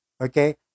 okay